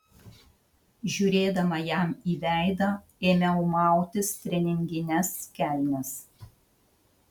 žiūrėdama jam į veidą ėmiau mautis treningines kelnes